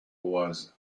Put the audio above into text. was